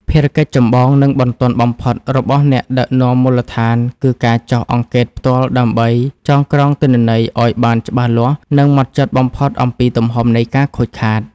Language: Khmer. ភារកិច្ចចម្បង និងបន្ទាន់បំផុតរបស់អ្នកដឹកនាំមូលដ្ឋាន គឺការចុះអង្កេតផ្ទាល់ដើម្បី ចងក្រងទិន្នន័យឱ្យបានច្បាស់លាស់ និងហ្មត់ចត់បំផុតអំពីទំហំនៃការខូចខាត។